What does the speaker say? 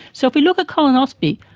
so if we look at colonoscopy,